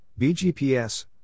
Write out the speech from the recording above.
BGPS